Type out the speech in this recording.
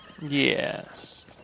Yes